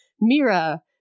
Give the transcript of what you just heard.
Mira